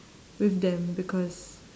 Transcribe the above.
with them because